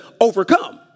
overcome